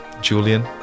Julian